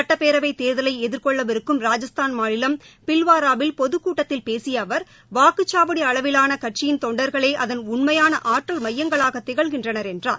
சுட்டப்பேரவைத் தேர்தலை எதிர்கொள்ளவிருக்கும் ராஜஸ்தான் மாநிலம் பில்வாராவில் பொதுக்கூட்டத்தில் பேசிய அவர் வாக்குச்சாவடி அளவிலான கட்சியின் தொண்டர்களே அதன் உண்மையான ஆற்றல் மையங்களாக திகழ்கின்றனர் என்றார்